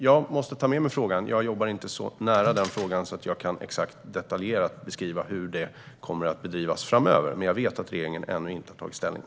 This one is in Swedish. Jag måste ta med mig frågan eftersom jag inte jobbar så nära den att jag exakt och detaljerat kan beskriva hur arbetet kommer att bedrivas framöver. Jag vet dock att regeringen ännu inte har tagit ställning.